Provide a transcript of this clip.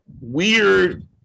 weird